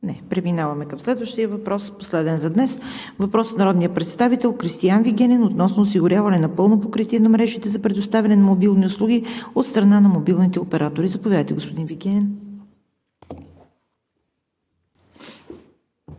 Не. Преминаваме към следващия въпрос, последен за днес. Въпрос от народния представител Кристиан Вигенин относно осигуряване на пълно покритие на мрежите за предоставяне на мобилни услуги от страна на мобилните оператори. Заповядайте, господин Вигенин.